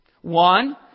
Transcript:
One